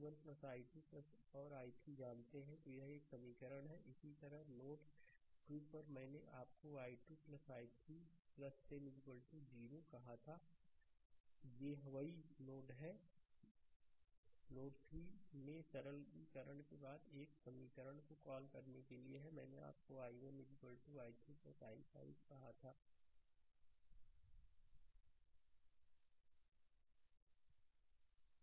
slide समय देखें 3146 Glossaryशब्दकोश English Word Word Meaning couple circuit couple circuit युगल परिपथ magnetic circuit मैग्नेटिक सर्किट चुंबकीय परिपथ electrical circuit इलेक्ट्रिकल सर्किट विद्युत परिपथ non reference नॉन रिफरेंस गैर संदर्भ Dependent current source dependent current source आश्रित धारा स्रोत Terminal टर्मिनल आखिरी स्थान · substitute सब्सीट्यूट प्रतिस्थापित constant कांस्टेंट स्थिरांक अचर DC circuit DC circuit DC परिपथ parameter पैरामीटर प्राचल Negative नेगेटिव ऋणआत्मक numerical value न्यूमेरिकल वैल्यू संख्यात्मक मान electrical element इलेक्ट्रिकल एलिमेंट विद्युत तत्व Current करंट धारा power dissipation पावर डिसिपेशन शक्ति अपव्यय anticlockwise एंटिक्लॉकवाइज घड़ी की सुईयों के विपरीत